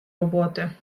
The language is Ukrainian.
роботи